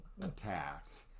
attacked